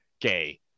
gay